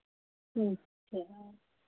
अच्छा